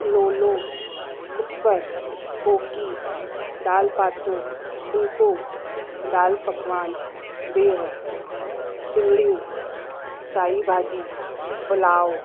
लोलो कुपर कोकी दाल पातू फ़ुलको दाल पकवान बिह सिंगरियूं साई भाॼी पुलाव